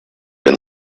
been